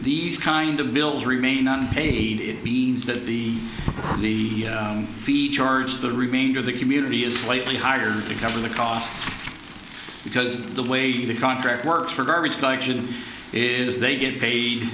these kind of bills remain on aid it means that the the fee charged the remainder of the community is slightly higher to cover the costs because the way the contract work for garbage collection is they get paid